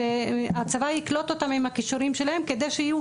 שהצבא יקלוט אותם עם הכישורים שלהם כדי שגם